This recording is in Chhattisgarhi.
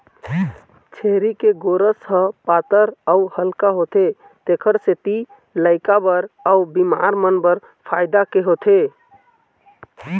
छेरी के गोरस ह पातर अउ हल्का होथे तेखर सेती लइका बर अउ बिमार मन बर फायदा के होथे